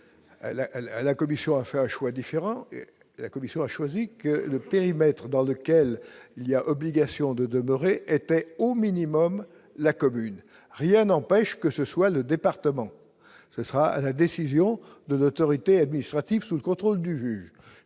la Commission a fait un choix différent, la commission a choisi que le périmètre dans lequel il y a obligation de demeurer était au minimum la commune, rien n'empêche que ce soit le département, ce sera à la décision de l'autorité administrative sous le contrôle du juge,